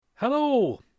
Hello